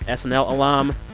ah snl alum,